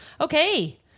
Okay